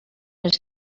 les